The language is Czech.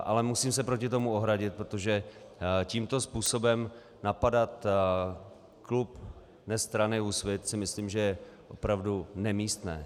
Ale musím se proti tomu ohradit, protože tímto způsobem napadat klub mé strany Úsvit je, myslím si, opravdu nemístné.